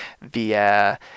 via